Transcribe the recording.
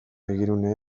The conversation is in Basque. begirune